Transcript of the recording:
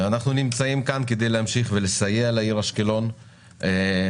אנחנו נמצאים כאן כדי להמשיך ולסייע לעיר אשקלון ויחד,